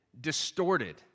distorted